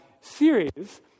series